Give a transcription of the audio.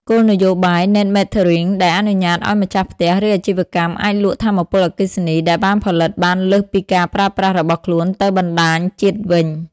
គោលនយោបាយ ណេត ម៉េតថឺរីង "Net Metering" ដែលអនុញ្ញាតឱ្យម្ចាស់ផ្ទះ ឬអាជីវកម្មអាចលក់ថាមពលអគ្គិសនីដែលផលិតបានលើសពីការប្រើប្រាស់របស់ខ្លួនទៅបណ្តាញជាតិវិញ។